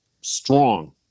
strong